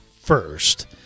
first